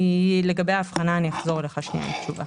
אני אחזור אליך לגבי ההבחנה,